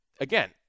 again